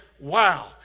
Wow